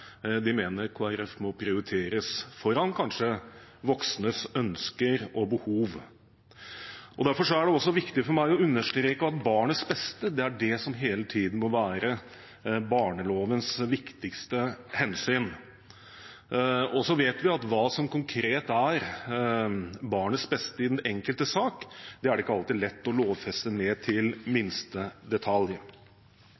behov. Derfor er det også viktig for meg å understreke at barnets beste er det som hele tiden må være barnelovens viktigste hensyn. Så vet vi at hva som konkret er barnets beste i den enkelte sak, ikke alltid er lett å lovfeste ned til